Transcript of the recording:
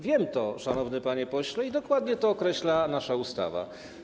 Wiem to, szanowny panie pośle, i dokładnie to określa nasza ustawa.